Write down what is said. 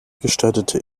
gestaltete